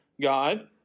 God